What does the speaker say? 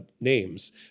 names